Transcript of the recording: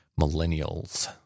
Millennials